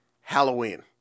Halloween